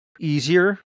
easier